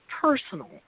personal